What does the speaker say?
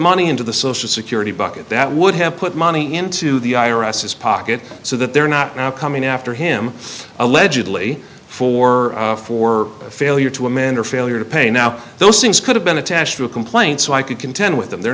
money into the social security bucket that would have put money into the i r s his pocket so that they're not now coming after him allegedly for for a failure to amend or failure to pay now those things could have been attached to a complaint so i could contend with them they're